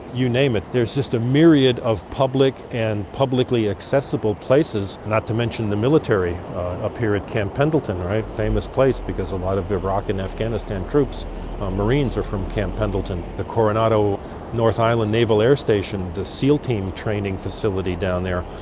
you name it. there's just a myriad of public and publically accessible places, not to mention the military up here at camp pendleton, famous place because a lot of their iraq and afghanistan troops or um marines are from camp pendleton. the coronado north island naval air station, the seal team training facility down there,